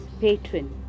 patron